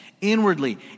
inwardly